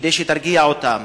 כדי שתרגיע אותם.